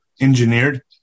engineered